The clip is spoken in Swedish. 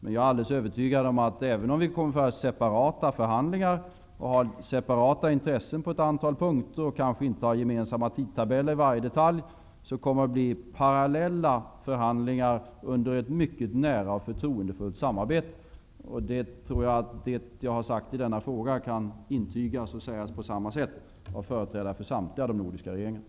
Men även om vi kommer att föra separata förhandlingar och har separata intressen på ett antal punkter, och vi kanske inte har gemensam tidtabell i varje detalj, kommer det att bli parallella förhandlingar under ett mycket nära och förtroendefullt samarbete. Det är jag övertygad om. Det jag har sagt i denna fråga kan intygas och sägas på samma sätt av företrädare för samtliga de nordiska regeringarna.